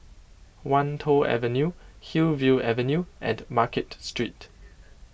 Wan Tho Avenue Hillview Avenue and Market Street